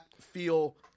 feel –